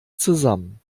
zusammen